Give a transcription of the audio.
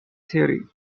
theory